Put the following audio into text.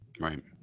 Right